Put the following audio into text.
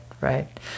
right